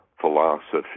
philosophy